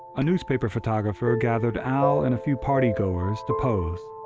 a newspaper photographer gathered al and a few partygoers to pose.